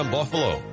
Buffalo